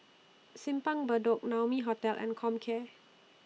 Simpang Bedok Naumi Hotel and Comcare